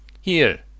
Here